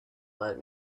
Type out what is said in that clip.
let